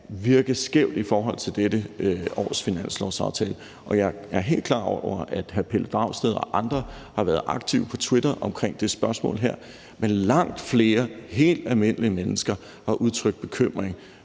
virke skævt ved dette års finanslovsaftale. Og jeg er helt klar over, at hr. Pelle Dragsted og andre har været aktive på Twitter omkring det spørgsmål her, men langt flere helt almindelige mennesker har udtrykt bekymring